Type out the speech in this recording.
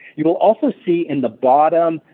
you'll also see in the bottom,